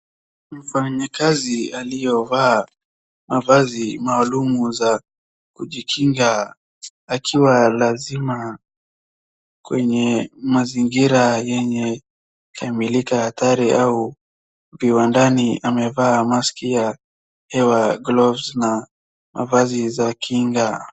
Mfanyakazi aliyevaa mavazi maalum za kujikinga akiwa lazima kwenye mazingira yenye kemikali hatari au viwandani amevaa maski ya hewa, gloves na mavazi za kinga.